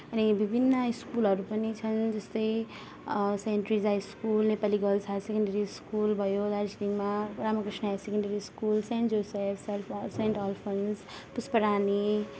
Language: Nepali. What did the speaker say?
अनि विभिन्न स्कुलहरू पनि छन् जस्तै saint Teresa school Nepali girls higher secondary school भयो दार्जिलिङमा Ramakrishna higher secondary school saint Joseph saint Alphonsus Pushparani